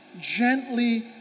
gently